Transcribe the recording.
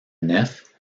nef